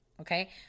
Okay